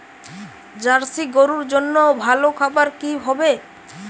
Jersey গরুর জন্য ভালো খাবার কি হবে?